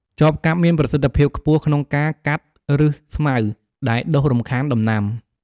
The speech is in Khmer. ចបកាប់មានប្រសិទ្ធភាពខ្ពស់ក្នុងការ កាត់ឫសស្មៅដែលដុះរំខានដំណាំ។